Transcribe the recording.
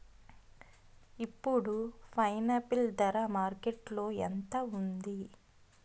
ఇప్పుడు పైనాపిల్ ధర మార్కెట్లో ఎంత ఉంది?